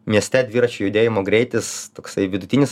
mieste dviračių judėjimo greitis toksai vidutinis